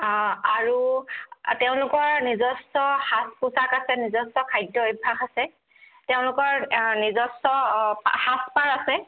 আৰু তেওঁলোকৰ নিজস্ব সাজ পোচাক আছে নিজস্ব খাদ্য অভ্যাস আছে তেওঁলোকৰ নিজস্ব সাজ পাৰ আছে